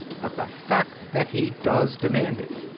but the fact that he does demand it.